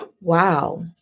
wow